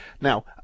Now